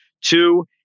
Two